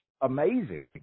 amazing